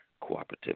Cooperative